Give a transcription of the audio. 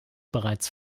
bereits